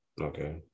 Okay